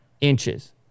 inches